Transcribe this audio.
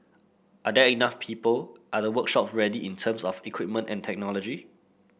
are there enough people are the workshops ready in terms of the equipment and technology